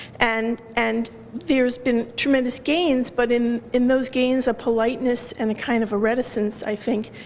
and and there's been tremendous gains, but in in those gains a politeness and a kind of a reticence, i think,